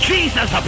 Jesus